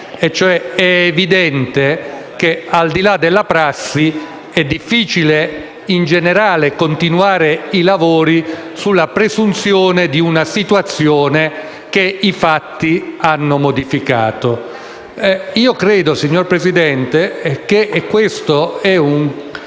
è evidente che, al di là della prassi, è difficile in generale continuare i lavori sulla presunzione di una situazione che i fatti hanno modificato. Signora Presidente, credo che questo sia un